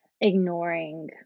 ignoring